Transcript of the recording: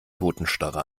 totenstarre